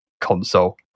console